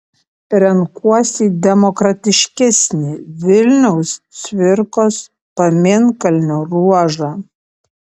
renkuosi demokratiškesnį vilniaus cvirkos pamėnkalnio ruožą